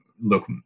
look